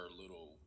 little